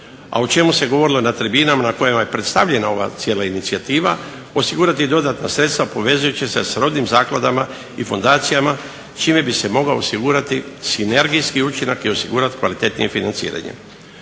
a o čemu se govorilo na tribinama na kojima je predstavljena cijela ova inicijativa osigurati dodatna sredstva povezujući se s rodnim zakladama i fundacijama čime bi se mogao osigurati sinergijski učinak i osigurati kvalitetnije financiranje.